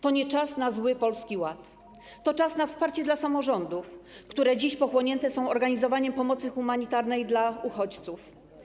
To nie czas na zły Polski Ład, to czas na wsparcie dla samorządów, które dziś pochłonięte są organizowaniem pomocy humanitarnej dla uchodźców.